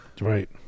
right